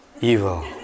Evil